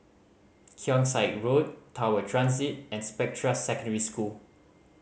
Keong Saik Road Tower Transit and Spectra Secondary School